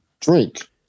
drink